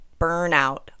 burnout